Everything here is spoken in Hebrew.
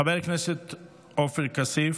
חבר הכנסת עופר כסיף,